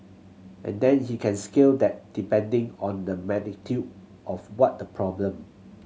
and then he can scale that depending on the of what the problem